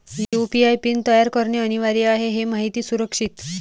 UPI PIN तयार करणे अनिवार्य आहे हे माहिती सुरक्षित